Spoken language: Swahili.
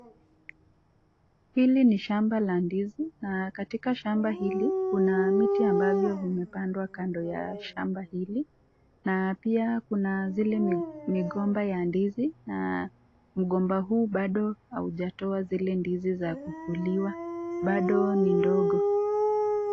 Hili ni shamba la ndizi na katika shamba hili kuna miti ambavyo vimepandwa kando ya shamba hili na pia kuna zile migomba ya ndizi na mgomba huu bado haujatoa zile ndizi za kukuliwa, bado ni ndogo.